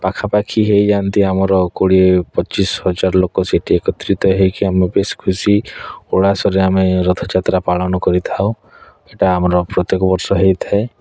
ପାଖାପାଖି ହେଇଯାଆନ୍ତି ଆମର କୋଡ଼ିଏ ପଚିଶ ହଜାର ଲୋକ ସେଠି ଏକତ୍ରିତ ହେଇକି ଆମେ ବେଶ ଖୁସି ଉଲ୍ଲାସରେ ଆମେ ରଥଯାତ୍ରା ପାଳନ କରିଥାଉ ଏଇଟା ଆମର ପ୍ରତ୍ୟେକ ବର୍ଷ ହେଇଥାଏ